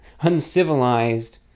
uncivilized